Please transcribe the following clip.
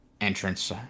entrance